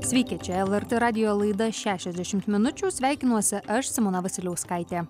sveiki čia lrt radijo laida šešiasdešimt minučių sveikinuosi aš simona vasiliauskaitė